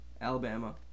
Alabama